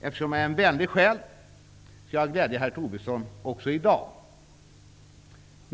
Eftersom jag är en vänlig själ skall jag glädja herr Tobisson också i dag.